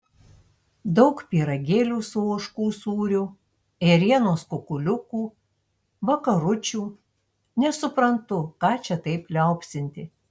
daug pyragėlių su ožkų sūriu ėrienos kukuliukų vakaručių nesuprantu ką čia taip liaupsinti